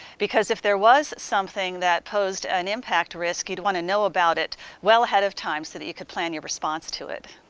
because if there was something that posed an impact risk, you'd wanna know about it well ahead of time so that you could plan your response to it.